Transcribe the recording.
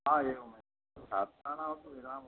आ एवमेवं विरामः